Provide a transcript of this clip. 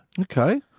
Okay